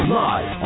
live